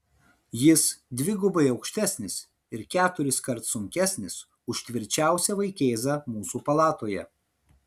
jis dvigubai aukštesnis ir keturiskart sunkesnis už tvirčiausią vaikėzą mūsų palatoje